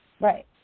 Right